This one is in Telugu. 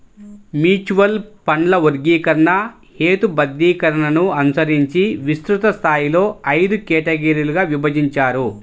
మ్యూచువల్ ఫండ్ల వర్గీకరణ, హేతుబద్ధీకరణను అనుసరించి విస్తృత స్థాయిలో ఐదు కేటగిరీలుగా విభజించారు